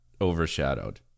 overshadowed